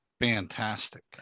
Fantastic